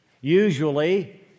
Usually